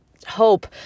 hope